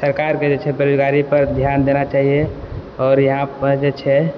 सरकार के जे छै बेरोजगारी पर ध्यान देना चाहियै और यहाँ पऽ जे छै